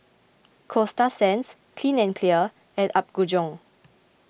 Coasta Sands Clean and Clear and Apgujeong